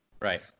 right